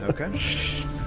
Okay